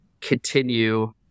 continue